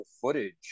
footage